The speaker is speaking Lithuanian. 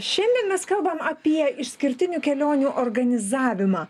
šiandien mes kalbam apie išskirtinių kelionių organizavimą